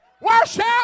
Worship